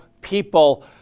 people